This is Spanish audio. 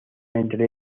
entre